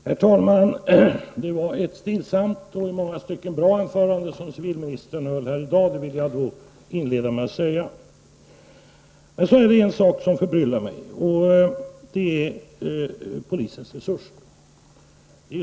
Herr talman! Det var ett stillsamt och i många stycken bra anförande som civilministern höll i dag. Det vill jag inleda med att säga. Men det är en sak som förbryllar mig. Det är polisens resurser.